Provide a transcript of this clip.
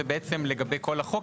הוא לגבי כל החוק.